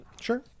Sure